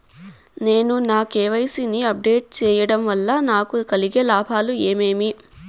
నేను నా కె.వై.సి ని అప్ డేట్ సేయడం వల్ల నాకు కలిగే లాభాలు ఏమేమీ?